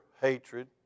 hatred